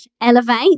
elevate